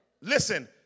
Listen